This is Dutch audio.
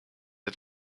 het